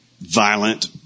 Violent